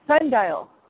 sundial